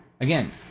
Again